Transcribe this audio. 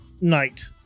night